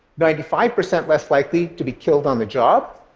ninety five percent less likely to be killed on the job,